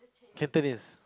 cantonese